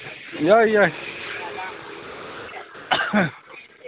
ꯌꯥꯏ ꯌꯥꯏ